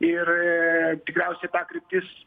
ir tikriausiai ta kryptis